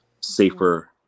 safer